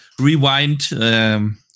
rewind